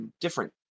different